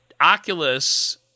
Oculus